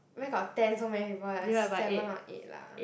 where got ten so many people ah seven or eight lah